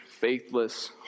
faithless